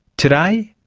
today,